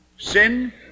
Sin